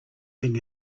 king